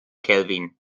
kelvin